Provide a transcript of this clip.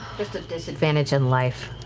just a disadvantage in life.